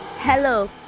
Hello